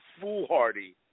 foolhardy